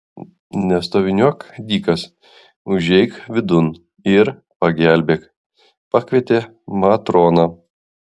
nestoviniuok dykas užeik vidun ir pagelbėk pakvietė matrona